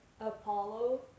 Apollo